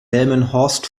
delmenhorst